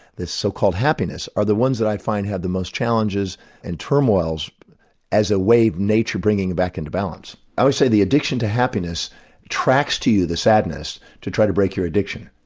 this so-called happiness, are the ones that i find have the most challenges and turmoils as a way of nature bringing them back into balance. i would say the addiction to happiness tracks to you the sadness to try to break your addiction.